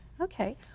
Okay